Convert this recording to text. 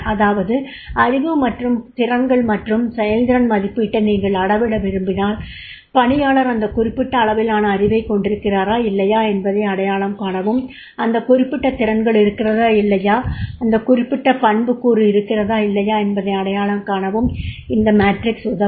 அதாவது அறிவு மற்றும் திறன்கள் மற்றும் செயல்திறன் மதிப்பீட்டை நீங்கள் அளவிட விரும்பினால் பணியாளர் அந்த குறிப்பிட்ட அளவிலான அறிவைக் கொண்டிருக்கிறாரா இல்லையா என்பதை அடையாளம் காணவும் அந்த குறிப்பிட்ட திறன்கள் இருக்கிறதா இல்லையா அந்த குறிப்பிட்ட பண்புக்கூறு இருக்கிறதா இல்லையா என்பதை அடையாளம் காணவும் இந்த மேட்ரிக்ஸ் உதவும்